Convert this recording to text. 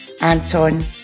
Anton